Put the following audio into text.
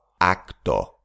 Acto